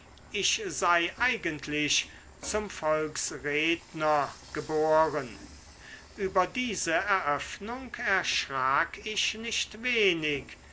ich sei eigentlich zum volksredner geboren über diese eröffnung erschrak ich nicht wenig